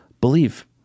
believe